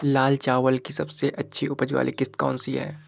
लाल चावल की सबसे अच्छी उपज वाली किश्त कौन सी है?